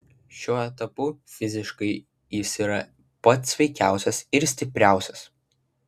šiuo etapu fiziškai jis yra pats sveikiausias ir stipriausias